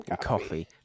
coffee